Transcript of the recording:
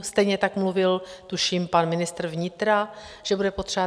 Stejně tak mluvil tuším pan ministr vnitra, že bude potřebovat.